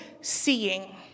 seeing